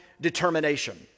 determination